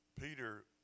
Peter